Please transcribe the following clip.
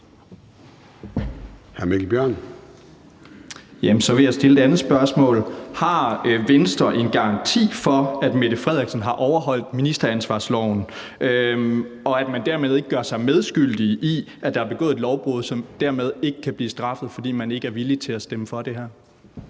Har Venstre en garanti for, at statsministeren har overholdt ministeransvarlighedsloven, og at man dermed ikke gør sig medskyldig i, at der er begået et lovbrud, som dermed ikke kan blive straffet, fordi man ikke er villige til at stemme for det her?